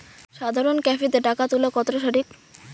সাধারণ ক্যাফেতে টাকা তুলা কতটা সঠিক?